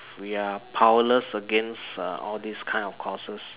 we are powerless against uh all these kind of costs